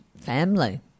family